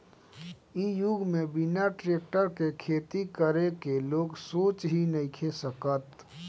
इ युग में बिना टेक्टर के खेती करे के लोग सोच ही नइखे सकत